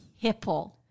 Hipple